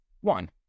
one